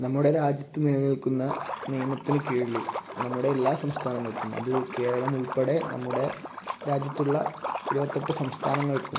നമ്മുടെ രാജ്യത്ത് നിലനിൽക്കുന്ന നിയമത്തിൻ്റെ കീഴിൽ നമ്മുടെ എല്ലാ സംസ്ഥാനങ്ങൾക്കും അത് കേരളം ഉൾപ്പടെ നമ്മുടെ രാജ്യത്തുള്ള ഇരുപത്തെട്ട് സംസ്ഥാനങ്ങൾക്കും